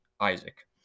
Isaac